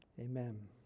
Amen